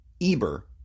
Eber